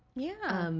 yeah.